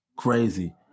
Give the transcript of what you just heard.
crazy